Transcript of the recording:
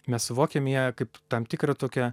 mes suvokiam ją kaip tam tikrą tokią